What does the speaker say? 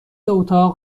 اتاق